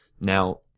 Now